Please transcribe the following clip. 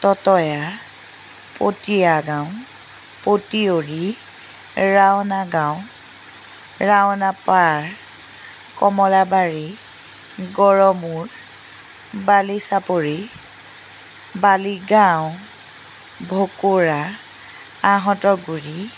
ততয়া পতিয়া গাঁও পতিয়ৰি ৰাওনা গাঁও ৰাওনাপাৰ কমলাবাৰী গড়মূৰ বালিচাপৰি বালিগাঁও ভকুৰা আঁহতগুৰি